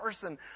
person